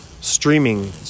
streaming